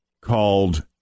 called